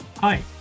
Hi